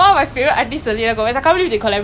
I don't know lah just haven't been keeping up with them